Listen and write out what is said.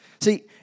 See